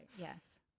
yes